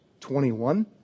21